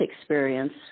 experience